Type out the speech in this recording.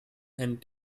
and